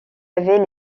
avait